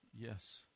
Yes